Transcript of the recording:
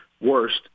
worst